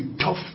tough